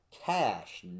Cash